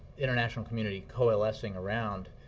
international community coalescing around